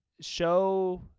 show